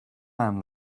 man